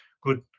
good